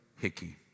Hickey